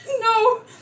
No